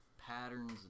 Patterns